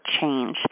change